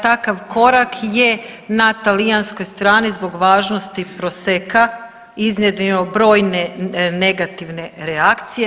Takav korak je na talijanskoj strani zbog važnosti proseka iznjedrio brojne negativne reakcije.